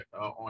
on